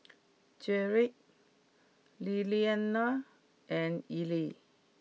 Gearld Lilianna and Eli